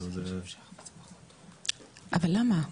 אבל למה?